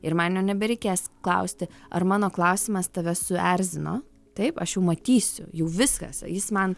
ir man jau nebereikės klausti ar mano klausimas tave suerzino taip aš jau matysiu jau viskas jis man